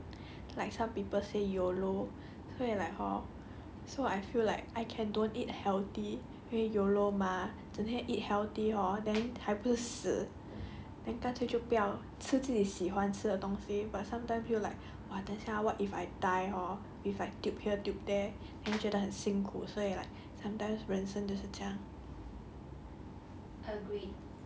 ya sometimes 我就觉得有点矛盾 like some people say yolo 所以 like hor so I feel like I can don't eat healthy yolo mah today eat healthy hor then 还不死 then 干脆就不要吃自己喜欢吃的东西 but sometime feel like !wah! 等一下 ah what if I die hor if I tube here tube there 我就觉得很辛苦所以 like sometimes 人生就是这样